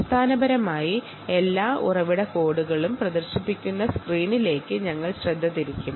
source code display ചെയ്യുന്ന സ്ക്രീനിലേക്ക് നമ്മൾക്ക് ശ്രദ്ധിക്കാം